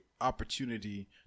opportunity